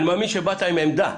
אני מאמין שבאת עם עמדה.